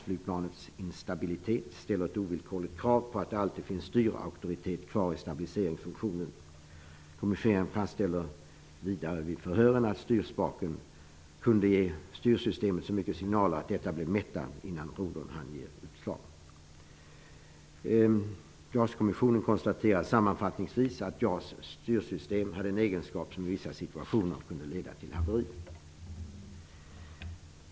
flygplanets instabilitet ställer ett ovillkorligt krav på att det alltid finns styrauktoritet kvar i stabiliseringsfunktionen. Kommissionen fastställer vidare vid förhören att styrspaken kunde ge styrsystemet så mycket signaler att detta blev mättat innan rodren hann ge utslag. JAS kommissionen konstaterar sammanfattningsvis att JAS styrsystem hade en egenskap som i vissa situationer kunde leda till haveri.